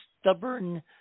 stubborn